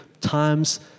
times